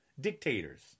Dictators